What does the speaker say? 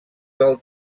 del